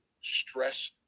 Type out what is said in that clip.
stress